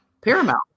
paramount